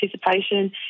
participation